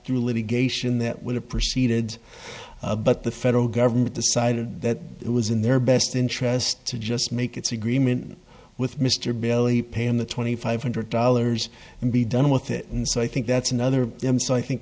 through litigation that would have proceeded but the federal government decided that it was in their best interest to just make its agreement with mr bailey pay on the twenty five hundred dollars and be done with it and so i think that's another them so i think